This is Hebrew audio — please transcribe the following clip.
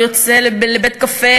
לא יוצא לבית-קפה,